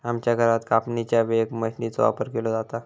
आमच्या घरात कापणीच्या वेळेक मशीनचो वापर केलो जाता